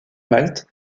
malte